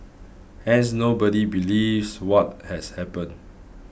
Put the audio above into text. hence nobody believes what has happened